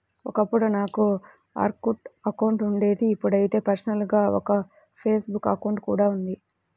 ఒకప్పుడు నాకు Orkut account ఉండేది ఇప్పుడైతే పర్సనల్ గా ఒక ఫేస్ బుక్ అకౌంట్ కూడా ఉంది